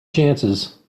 chances